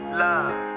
love